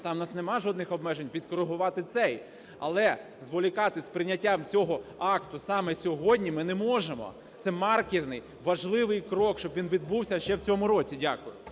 там в нас нема жодних обмежень, підкоригувати цей. Але зволікати з прийняттям цього акту саме сьогодні ми не можемо. Це маркерний, важливий крок, щоб він відбувся ще в цьому році. Дякую.